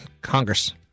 Congress